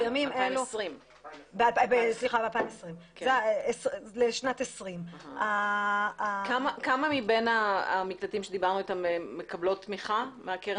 2020. כמה מבין המקלטים שדיברנו איתם מקבלים תמיכה מהקרן הזאת?